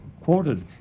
quoted